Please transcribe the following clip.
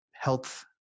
health